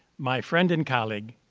my friend and colleague,